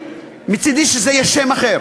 ומצדי שזה יהיה שם אחר.